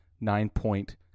nine-point